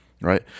right